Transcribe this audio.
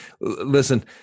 listen